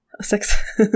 six